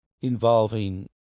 involving